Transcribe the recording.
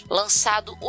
lançado